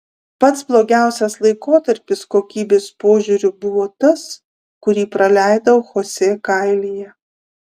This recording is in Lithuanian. pats blogiausias laikotarpis kokybės požiūriu buvo tas kurį praleidau chosė kailyje